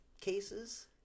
cases